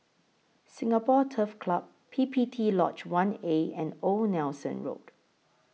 Singapore Turf Club P P T Lodge one A and Old Nelson Road